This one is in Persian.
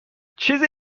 چیزی